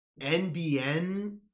NBN